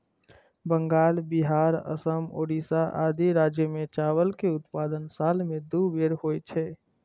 बंगाल, बिहार, असम, ओड़िशा आदि राज्य मे चावल के उत्पादन साल मे दू बेर होइ छै